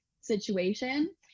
situation